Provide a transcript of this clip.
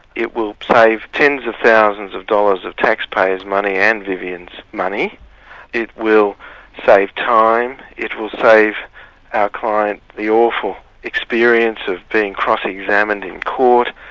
it will save tens of thousands of dollars of taxpayers' money and vivian's money it will save time it will save our client the awful experience of being cross-examined in court.